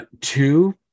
Two